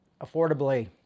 affordably